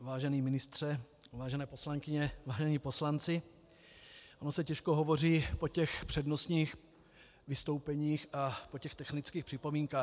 Vážený ministře, vážené poslankyně, vážení poslanci, ono se těžko hovoří po přednostních vystoupeních a po technických připomínkách.